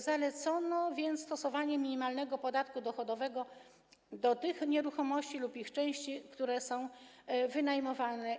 Zalecono więc stosowanie minimalnego podatku dochodowego w stosunku do tych nieruchomości lub ich części, które są wynajmowane.